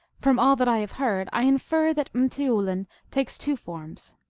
from all that i have heard i infer that m teoulin takes two forms,